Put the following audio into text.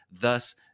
thus